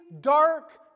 dark